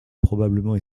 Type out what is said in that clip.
probablement